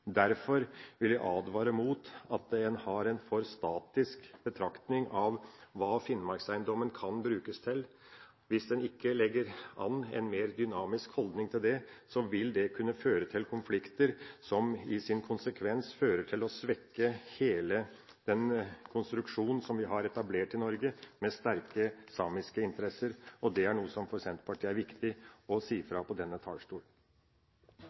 Derfor vil jeg advare mot at en har en for statisk betraktning av hva Finnmarkseiendommen kan brukes til. Hvis en ikke legger an en mer dynamisk holdning til dette, vil det kunne føre til konflikter som i sin konsekvens kan svekke hele den konstruksjonen som vi har etablert i Norge, med sterke samiske interesser. Det er det viktig for Senterpartiet å si fra om fra denne